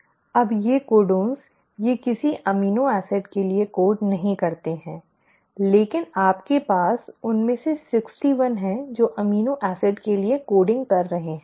अब ये 3 कोडन ये किसी अमीनो एसिड के लिए कोड नहीं करते हैं लेकिन आपके पास उनमें से 61 हैं जो अमीनो एसिड के लिए कोडिंग कर रहे हैं